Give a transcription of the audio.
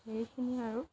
সেইখিনিয়ে আৰু